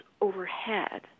overhead